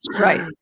right